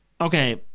Okay